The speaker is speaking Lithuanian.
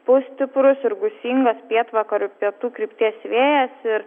pūs stiprus ir gūsingas pietvakarių pietų krypties vėjas ir